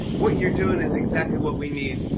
what you're doing is exactly what we need.